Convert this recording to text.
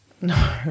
No